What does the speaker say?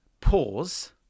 pause